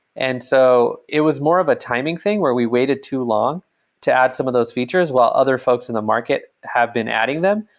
and so, it was more of a timing thing where we waited too long to add some of those features while other folks in the market have been adding them.